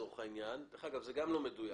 לצורך העניין ודרך אגב זה גם לא מדויק.